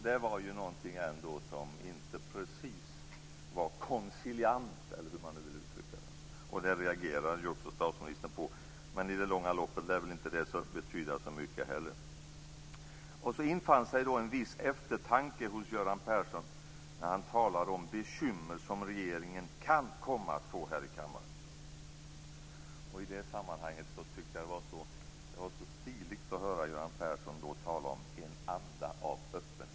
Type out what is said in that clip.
Det var inte precis konciliant. Därvid reagerade också statsministern. Men i det långa loppet lär väl det inte betyda så mycket heller. Så infann sig en viss eftertanke hos Göran Persson när han talade om bekymmer som regeringen kan komma att få i kammaren. I det sammanhanget tyckte jag att det var stiligt att höra Göran Persson tala om "en anda av öppenhet".